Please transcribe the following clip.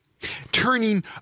Turning